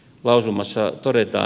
lausumassa todetaan